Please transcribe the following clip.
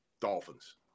Dolphins